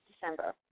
December